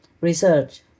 research